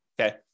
okay